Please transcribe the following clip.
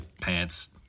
pants